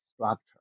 structure